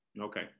Okay